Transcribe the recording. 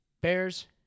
Bears